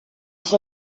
suo